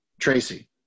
Tracy